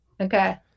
Okay